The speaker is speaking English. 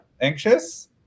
anxious